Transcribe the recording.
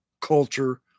culture